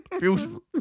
beautiful